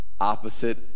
opposite